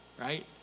right